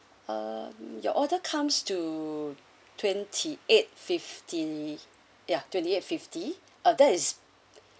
uh your order comes to twenty eight fifty ya twenty eight fifty ah that is